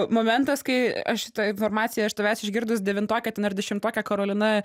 momentas kai aš šitą informaciją iš tavęs išgirdus devintokė ten ar dešimtokė karolina